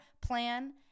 plan